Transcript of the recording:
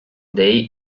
day